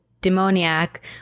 demoniac